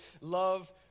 love